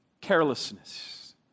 carelessness